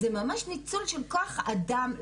זה ממש ניצול של כוח אדם,